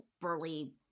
burly